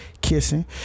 kissing